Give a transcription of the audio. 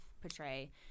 portray